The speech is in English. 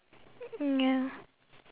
ya